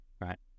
right